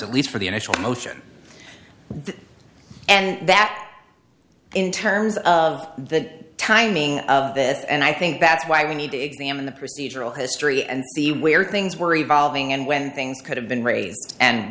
at least for the initial motion and that in terms of the timing of this and i think that's why we need to examine the procedural history and see where things were evolving and when things could have been raised and